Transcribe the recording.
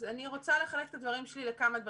אז אני רוצה לחלק את הדברים שלי לכמה דברים.